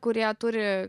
kurie turi